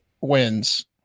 wins